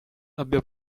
abbia